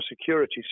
security